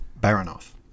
Baranov